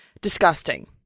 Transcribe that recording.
Disgusting